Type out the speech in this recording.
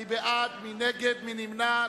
מי בעד, מי נגד, מי נמנע?